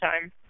time